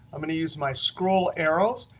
i'm going to use my scroll arrows,